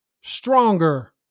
stronger